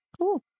Cool